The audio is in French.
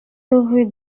rue